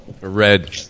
red